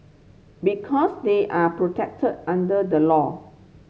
because they are protected under the law